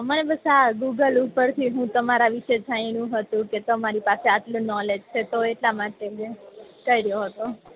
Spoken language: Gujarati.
મને બસ આ ગૂગલ ઉપરથી હું તમારા વિશે જાણ્યું હતું કે તમારી પાસે આટલું નોલેજ છે તો એટલા માટે મે કયરો હતો